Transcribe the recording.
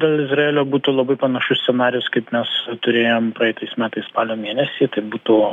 dėl izraelio būtų labai panašus scenarijus kaip mes turėjom praeitais metais spalio mėnesį tai būtų